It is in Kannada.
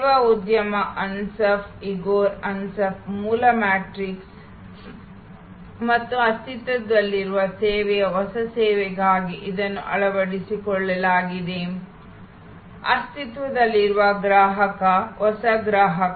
ಸೇವಾ ಉದ್ಯಮ ಅನ್ಸಾಫ್ ಇಗೊರ್ ಅನ್ಸಾಫ್ ಮೂಲ ಮ್ಯಾಟ್ರಿಕ್ಸ್ ಮತ್ತು ಅಸ್ತಿತ್ವದಲ್ಲಿರುವ ಸೇವೆಯ ಹೊಸ ಸೇವೆಗಾಗಿ ಇದನ್ನು ಅಳವಡಿಸಿಕೊಳ್ಳಲಾಗಿದೆ ಅಸ್ತಿತ್ವದಲ್ಲಿರುವ ಗ್ರಾಹಕ ಹೊಸ ಗ್ರಾಹಕ